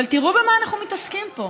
אבל תראו במה אנחנו מתעסקים פה: